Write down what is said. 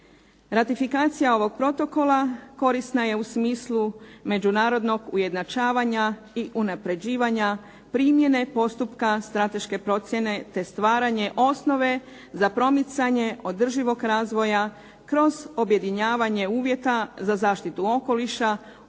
Ratifikacija ovog protokola korisna je u smislu međunarodnog ujednačavanja i unapređivanja primjene postupka strateške procjene te stvaranje osnove za promicanje održivog razvoja kroz objedinjavanje uvjeta za zaštitu okoliša